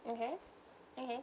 okay okay